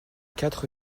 quatre